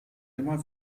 immer